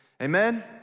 Amen